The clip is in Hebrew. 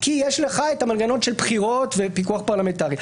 כי יש לך את המנגנון של בחירות ופיקוח פרלמנטרי.